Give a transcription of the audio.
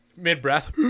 Mid-breath